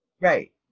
Right